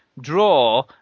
draw